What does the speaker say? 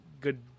good